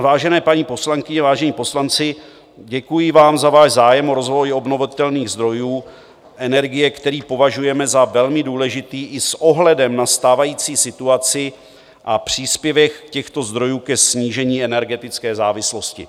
Vážené paní poslankyně, vážení poslanci, děkuji vám za váš zájem o rozvoj obnovitelných zdrojů energie, který považujeme za velmi důležitý i s ohledem na stávající situaci a příspěvek těchto zdrojů ke snížení energetické závislosti.